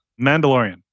Mandalorian